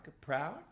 proud